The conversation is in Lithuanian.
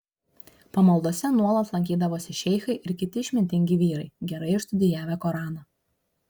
pamaldose nuolat lankydavosi šeichai ir kiti išmintingi vyrai gerai išstudijavę koraną